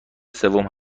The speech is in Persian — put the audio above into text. سوم